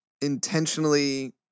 intentionally